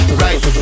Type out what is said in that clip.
right